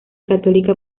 católica